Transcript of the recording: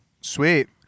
Sweet